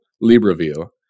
Libreville